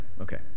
okay